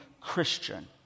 Christian